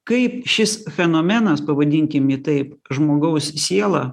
kaip šis fenomenas pavadinkim jį taip žmogaus siela